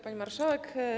Pani Marszałek!